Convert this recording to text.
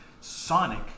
Sonic